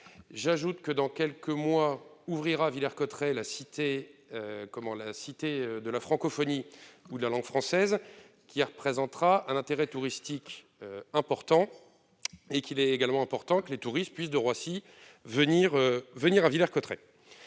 j'ajoute que dans quelques mois, ouvrira Villers-Cotterêts la cité, comment la Cité de la francophonie où la langue française, qui représentera à l'intérêt touristique important et qu'il est également important que les touristes puissent de Roissy, venir, venir à Villers-Cotterêts,